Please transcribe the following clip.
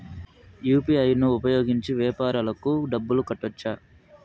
UPI ను ఉపయోగించి వ్యాపారాలకు డబ్బులు కట్టొచ్చా?